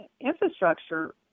infrastructure